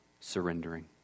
surrendering